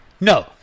No